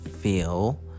feel